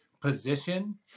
Position